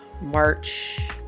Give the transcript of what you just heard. March